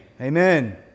Amen